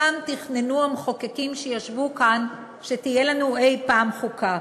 פעם תכננו המחוקקים שישבו כאן שתהיה לנו אי-פעם חוקה.